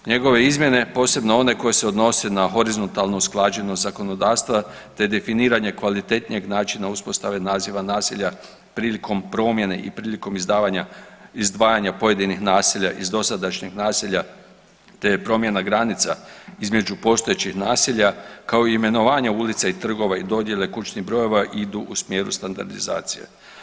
Njegove izmjene, posebno one koje se odnose na horizontalnu usklađenost zakonodavstva, te definiranje kvalitetnijeg načina uspostave naziva naselja prilikom promjene i prilikom izdavanja, izdvajanja pojedinih naselja iz dosadašnjeg naselja, te promjena granica između postojećih naselja, kao i imenovanje ulica i trgova i dodjele kućnih brojeva idu u smjeru standardizacije.